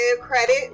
credit